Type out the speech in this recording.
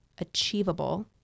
achievable